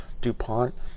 DuPont